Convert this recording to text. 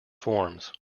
forms